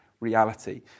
reality